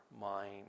mind